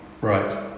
Right